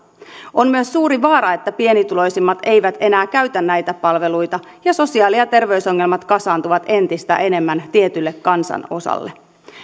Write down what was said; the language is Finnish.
on myös suuri vaara että pienituloisimmat eivät enää käytä näitä palveluita ja sosiaali ja terveysongelmat kasaantuvat entistä enemmän tietylle kansanosalle